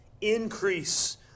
Increase